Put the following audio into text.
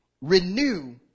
renew